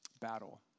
battle